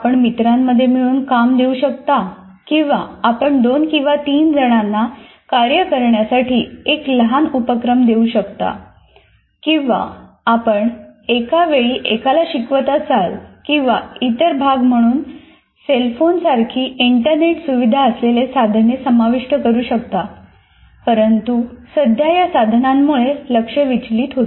आपण मित्रांमध्ये मिळून काम देऊ शकता किंवा आपण दोन किंवा तीन जणांना कार्य करण्यासाठी एक लहान उपक्रम देऊ शकता किंवा आपण एकावेळी एकाला शिकवत असाल किंवा इतर भाग म्हणून सेल फोनसारखी इंटरनेट सुविधा असलेली साधने समाविष्ट करू शकता परंतु सध्या या साधनांमुळे लक्ष विचलित होते